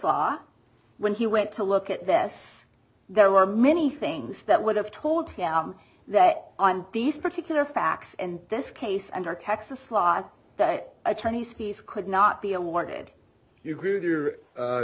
law when he went to look at this there were many things that would have told him that on these particular facts in this case under texas law that attorney's fees could not be awarded you grew with your